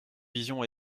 vision